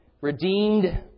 redeemed